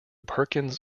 perkins